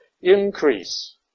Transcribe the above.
increase